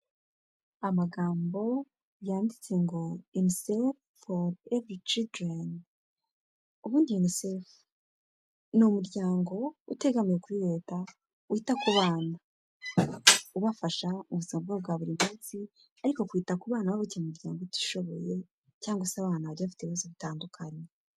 Amagambo yanditse ngo UNICEF for every child. Ni umuryango utegamiye kuri Leta wita ku bana ubafasha ubusabwa bwa buri munsi ariko kwita ku bana bana baba bafite imiryango itishoboye cyangwa se abana bagiye bafite ibibazo bitandukanye.